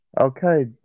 Okay